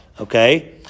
Okay